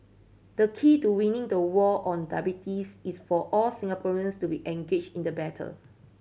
the key to winning the war on diabetes is for all Singaporeans to be engaged in the battle